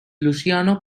luciano